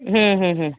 હમ હમ હમ